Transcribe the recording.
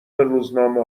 روزنامه